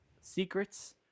secrets